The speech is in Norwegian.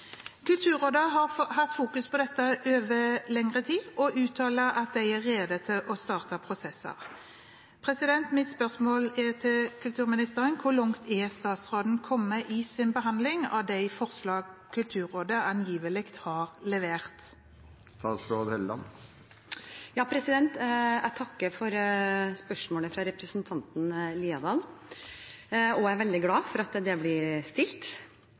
Kulturrådet har hatt fokus på dette i lang tid og uttaler at de er rede til å starte prosesser. Hvor langt er statsråden kommet i sin behandling av de forslag Kulturrådet angivelig har levert?» Jeg takker for spørsmålet fra representanten Haukeland Liadal og er veldig glad for at det blir stilt.